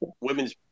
women's